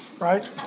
right